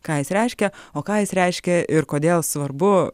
ką jis reiškia o ką jis reiškia ir kodėl svarbu